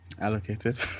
Allocated